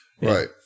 Right